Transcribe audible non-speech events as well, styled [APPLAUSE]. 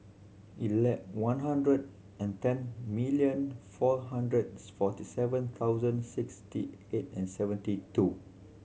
[UNINTELLIGIBLE] one hundred and ten million four hundred forty seven thousand sixty eight and seventy two